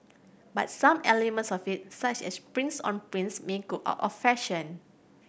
but some elements of it such as prints on prints may go out of fashion